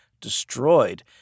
destroyed